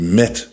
met